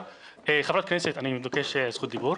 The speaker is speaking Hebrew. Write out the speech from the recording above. אני מבקש זכות דיבור.